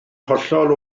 hollol